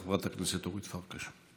חברת הכנסת אורית פרקש.